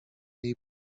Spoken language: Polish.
jej